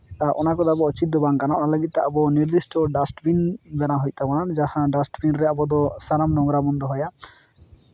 ᱚᱱᱟ ᱠᱚᱫᱚ ᱟᱵᱚᱣᱟᱜ ᱫᱚ ᱩᱪᱤᱛ ᱫᱚ ᱵᱟᱝ ᱠᱟᱱᱟ ᱚᱱᱟ ᱞᱟᱹᱜᱤᱫ ᱛᱮ ᱟᱵᱚ ᱱᱤᱨᱫᱤᱥᱴᱚ ᱰᱟᱥᱴ ᱵᱤᱱ ᱵᱮᱱᱟᱣ ᱦᱩᱭᱩᱜ ᱛᱟᱵᱚᱱᱟ ᱡᱟᱦᱟᱸ ᱰᱟᱥᱴ ᱵᱤᱱ ᱨᱮ ᱟᱵᱚ ᱫᱚ ᱥᱟᱱᱟᱢ ᱱᱳᱝᱨᱟᱵᱚᱱ ᱫᱚᱦᱚᱭᱟ